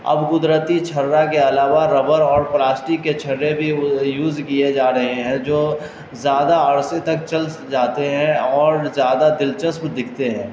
اب قدرتی چھرہ کے علاوہ ربر اور پلاسٹک کے چھرے بھی یوز کیے جا رہے ہیں جو زیادہ عرصے تک چل جاتے ہیں اور زیادہ دلچسپ دکھتے ہیں